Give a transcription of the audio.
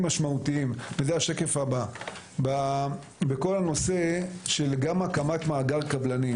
משמעותיים בכל הנושא גם של הקמת מאגר קבלנים.